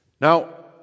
now